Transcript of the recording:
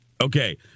Okay